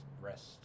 rest